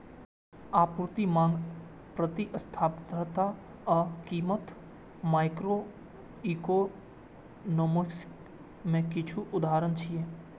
आपूर्ति, मांग, प्रतिस्पर्धा आ कीमत माइक्रोइकोनोमिक्स के किछु उदाहरण छियै